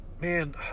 man